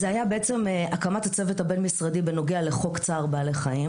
זה היה בעצם הקמת הצוות הבין-משרדי בנוגע לחוק צער בעלי חיים.